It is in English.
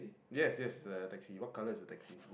yes yes the taxi what colour is the taxi